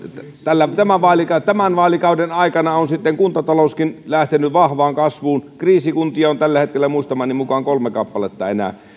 tämän vaalikauden tämän vaalikauden aikana on sitten kuntatalouskin lähtenyt vahvaan kasvuun kriisikuntia on tällä hetkellä muistamani mukaan enää kolme kappaletta